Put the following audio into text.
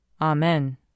Amen